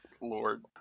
Lord